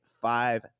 five